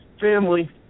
family